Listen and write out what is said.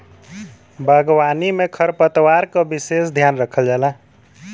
बागवानी में खरपतवार क विसेस ध्यान रखल जाला